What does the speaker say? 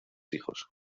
hijos